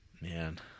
Man